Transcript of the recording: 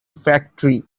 factory